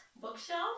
bookshelf